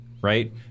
Right